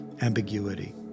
ambiguity